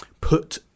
put